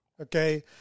Okay